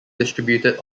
distributed